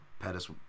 Pettis